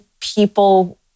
people